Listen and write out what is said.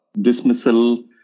dismissal